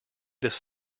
this